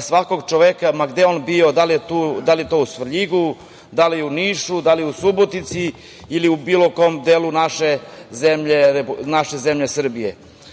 svakog čoveka, ma gde on bio, da li je to u Svrljigu, da li u Nišu, da li u Subotici ili bilo kom delu naše zemlje Srbije. Ja